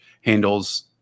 handles